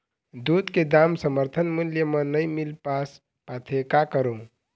दूध के दाम समर्थन मूल्य म नई मील पास पाथे, का करों?